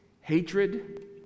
hatred